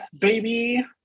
baby